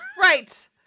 right